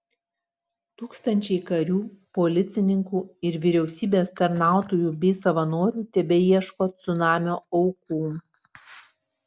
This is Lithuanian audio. tūkstančiai karių policininkų ir vyriausybės tarnautojų bei savanorių tebeieško cunamio aukų